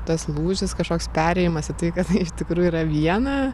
tas lūžis kažkoks perėjimas į tai kas iš tikrųjų yra viena